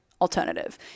alternative